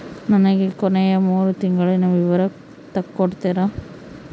ನನಗ ಕೊನೆಯ ಮೂರು ತಿಂಗಳಿನ ವಿವರ ತಕ್ಕೊಡ್ತೇರಾ?